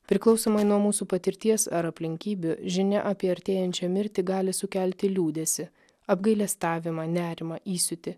priklausomai nuo mūsų patirties ar aplinkybių žinia apie artėjančią mirtį gali sukelti liūdesį apgailestavimą nerimą įsiūtį